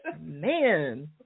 Man